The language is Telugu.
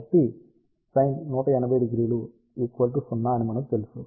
కాబట్టి sin18000 అని మనకు తెలుసు